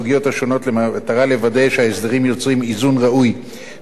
השונות במטרה לוודא שההסדרים יוצרים איזון ראוי בין